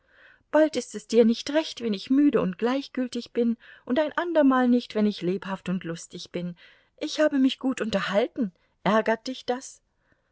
bald ist es dir nicht recht wenn ich müde und gleichgültig bin und ein andermal nicht wenn ich lebhaft und lustig bin ich habe mich gut unterhalten ärgert dich das